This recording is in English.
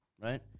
right